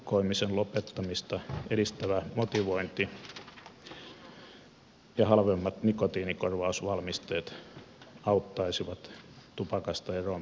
tupakoimisen lopettamista edistävä motivointi ja halvemmat nikotiinikorvausvalmisteet auttaisivat tupa kasta eroon pääsyä